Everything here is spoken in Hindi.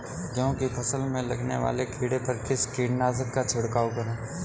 गेहूँ की फसल में लगने वाले कीड़े पर किस कीटनाशक का छिड़काव करें?